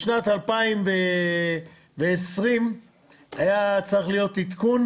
בשנת 2020 היה צריך להיות עדכון,